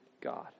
God